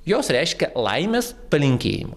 jos reiškia laimės palinkėjimą